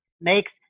makes